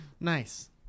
Nice